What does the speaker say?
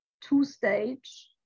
two-stage